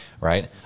right